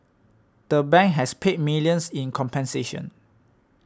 the bank has paid millions in compensation